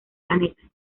planeta